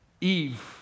Eve